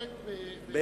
על